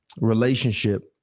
relationship